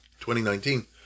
2019